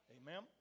Amen